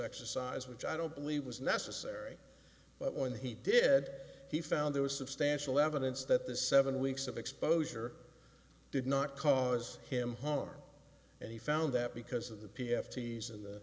exercise which i don't believe was necessary but when he did he found there was substantial evidence that the seven weeks of exposure did not cause him harm and he found that because of the p f t's and the